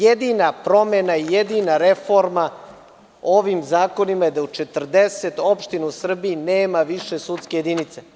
Jedina promena, jedina reforma ovim zakonima je da u 40 opština u Srbiji nema više sudske jedinice.